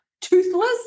toothless